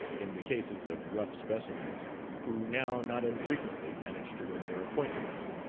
in the cases of rough specimens who now not infrequently manage to win their appointments.